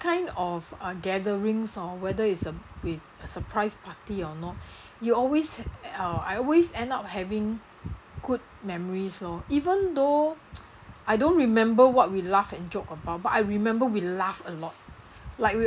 kind of uh gatherings hor whether is a with a surprise party or not it always uh I always end up having good memories lor even though I don't remember what we laugh and joke about but I remember we laugh a lot like